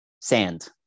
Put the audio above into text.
sand